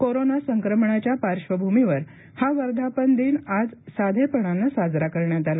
corona संक्रमणाच्या पार्श्वभूमीवर हा वर्धापनदिन आज साधेपणानं साजरा करण्यात आला